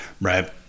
Right